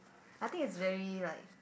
I think it's very like